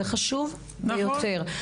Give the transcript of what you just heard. זה חשוב ביותר.